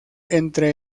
entre